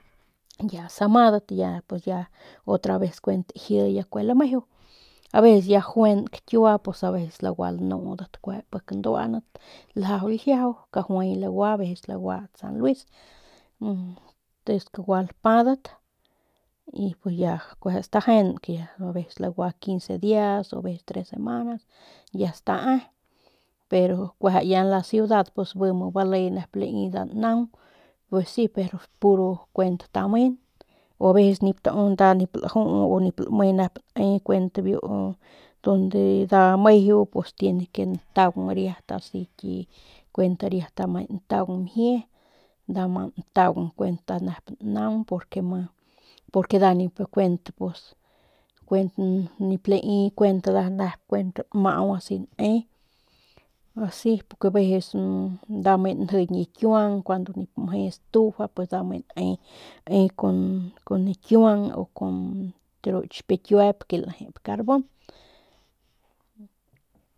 Ya samadat pues ya ya otra vez ya kuent taji lameju aveces ya juenk kiua pus aveces lagua lanudat pue pik nduanat ljajau ljiajau kajuay lagua aveces lagua ast san luis tsesku lagua lapadat y ya pus kueje stajenk aveces lagua quince dias o aveces tres semanas ya stae pero kueje en la ciudad pus bi ya bale nep lai nda nep naung pues si pero puro kuent tamen o aveces kueje nda nip laju u nip lame nda nep ne kuent biu donde nda meju pus tiene que ntaung riat tiene que asi riat kuent nda lme ntaung mjie nda ma ntaung kuent nda nep naung porque ma porquenda kuent pus kuent nep nmau nep kuent asi nda ne asi porque aveces nnda me njiñ akiuang cuando nip mje estufa pus nda lame ne kun akiuang o con ru ki xpikuep ke lejep carbon.